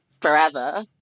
forever